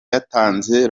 yatanze